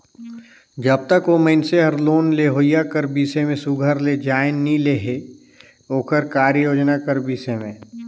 जब तक ओ मइनसे हर लोन लेहोइया कर बिसे में सुग्घर ले जाएन नी लेहे ओकर कारयोजना कर बिसे में